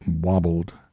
wobbled